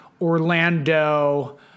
Orlando